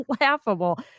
laughable